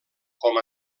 com